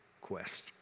quest